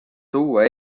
tuua